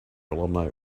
alumni